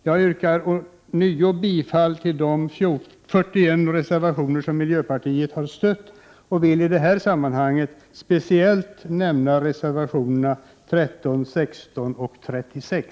Jag yrkar ånyo bifall till de 41 reservationer som miljöpartiet har stött och vill i detta sammanhang speciellt nämna reservationerna 13, 16 och 36.